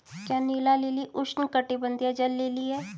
क्या नीला लिली उष्णकटिबंधीय जल लिली है?